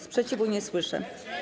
Sprzeciwu nie słyszę.